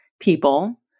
people